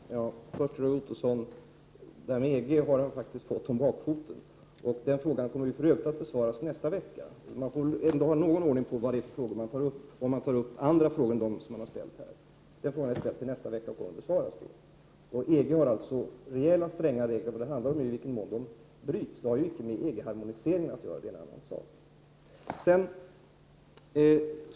Herr talman! Jag vill först till Roy Ottosson säga att han har fått det han säger om EG om bakfoten. Den frågan kommer för övrigt att besvaras nästa vecka. Roy Ottosson får ha någon ordning på vilka frågor som tas upp. EG har alltså stränga regler för detta, och det handlar om i vilken utsträckning man bryter mot dessa regler. Det har inte med EG-harmoniseringen att göra.